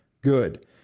good